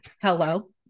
Hello